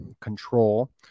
control